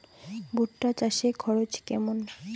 ভুট্টা চাষে খরচ কেমন?